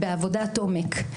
בעבודת עומק,